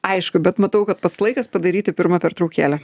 aišku bet matau kad pats laikas padaryti pirmą pertraukėlę